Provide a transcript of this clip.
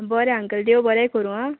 बरें आंकल देव बरें करूं आं